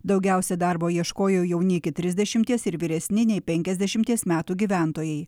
daugiausia darbo ieškojo jauni iki trisdešimties ir vyresni nei penkiasdešimties metų gyventojai